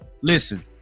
Listen